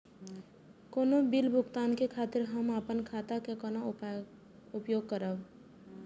कोनो बील भुगतान के खातिर हम आपन खाता के कोना उपयोग करबै?